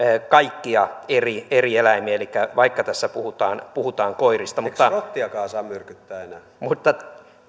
kaikkia eri eri eläimiä vaikka tässä puhutaan puhutaan koirista mutta